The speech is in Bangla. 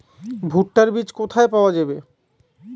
ভুট্টার বিজ কোথায় পাওয়া যাবে?